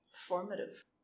formative